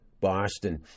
Boston